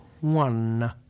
One